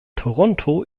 toronto